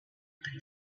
open